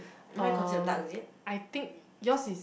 um I think yours is